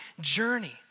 journey